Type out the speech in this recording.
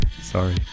Sorry